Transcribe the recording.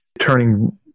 turning